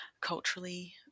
culturally